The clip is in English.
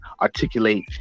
articulate